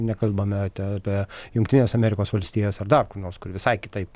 nekalbame te apie jungtines amerikos valstijas ar dar kur nors kur visai kitaip